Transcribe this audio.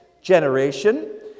generation